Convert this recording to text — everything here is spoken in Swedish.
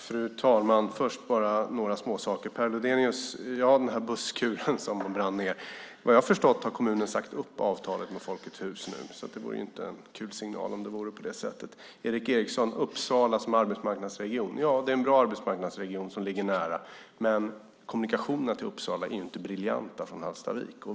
Fru talman! Först några småsaker. Per Lodenius nämnde en busskur som brann ned. Vad jag har förstått har kommunen sagt upp avtalet med Folkets Hus nu, så det vore inte någon kul signal om det vore på det sättet. Erik A Eriksson nämnde Uppsala som arbetsmarknadsregion. Ja, det är en bra arbetsmarknadsregion som ligger nära. Men kommunikationerna till Uppsala från Hallstavik är inte briljanta.